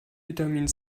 vitamin